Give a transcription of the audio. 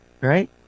Right